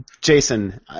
Jason